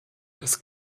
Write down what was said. das